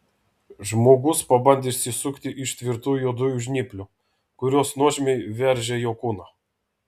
žmogus pabandė išsisukti iš tvirtų juodųjų žnyplių kurios nuožmiai veržė jo kūną